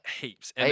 heaps